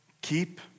keep